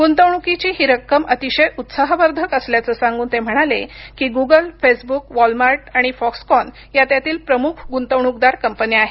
गुंतवणूकीची ही रक्कम अतिशय आश्चर्यकारक असल्याचं सांगून ते म्हणाले की गुगल फेसबुक वॉलमार्ट आणि फॉक्सकॉन या त्यातील प्रमुख गुंतवणूकदार कंपन्या आहेत